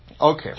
Okay